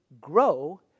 grow